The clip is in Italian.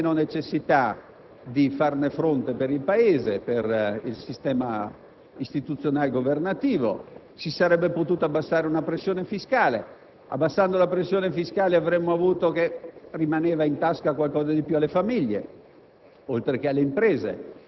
con meno debito c'è meno necessità di farvi fronte per il Paese, per il sistema istituzionale e governativo; si sarebbe potuta abbassare la pressione fiscale e, abbassando la pressione fiscale, rimaneva in tasca qualcosa in più alle famiglie